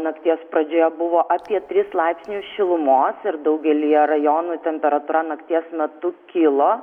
nakties pradžioje buvo apie tris laipsnius šilumos ir daugelyje rajonų temperatūra nakties metu kilo